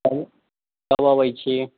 कब अबैत छी